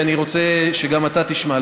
ואני רוצה שגם אתה תשמע.